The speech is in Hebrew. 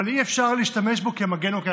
אבל אי-אפשר להשתמש בו כמגן או כהצדקה,